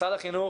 משרד החינוך